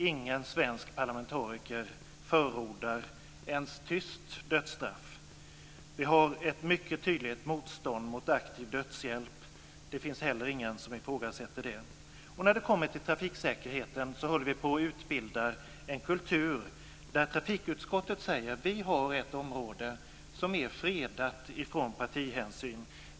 Ingen svensk parlamentariker förordar ens tyst dödsstraff. Vi har ett mycket tydligt motstånd mot aktiv dödshjälp. Det finns heller ingen som ifrågasätter det. När det kommer till trafiksäkerheten håller vi på att bilda en kultur där trafikutskottet säger att vi har ett område som är fredat från partihänsyn.